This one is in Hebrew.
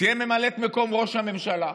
תהיה ממלאת מקום ראש הממשלה.